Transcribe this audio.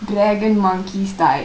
dragon monkey style